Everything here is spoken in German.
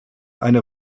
eine